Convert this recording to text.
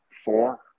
four